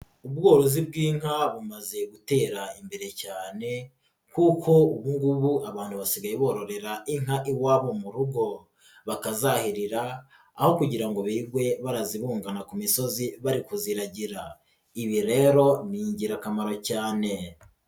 Ubworozi bw'inka bumaze gutera imbere cyane kuko ubu ngubu abantu basigaye bororera inka iwabo mu rugo, bakazahirira aho kugira ngo birirwe barazibungana ku misozi bari kuziragira. Ibi rero ni ingirakamaro cyane.